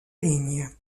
ligne